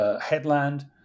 headland